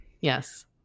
Yes